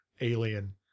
alien